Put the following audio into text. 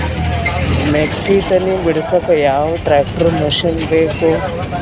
ಮೆಕ್ಕಿ ತನಿ ಬಿಡಸಕ್ ಯಾವ ಟ್ರ್ಯಾಕ್ಟರ್ ಮಶಿನ ಬೇಕು?